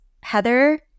Heather